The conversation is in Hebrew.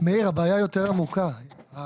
הבעיה היא יותר עמוקה.